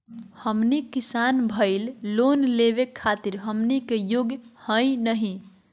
हमनी किसान भईल, लोन लेवे खातीर हमनी के योग्य हई नहीं?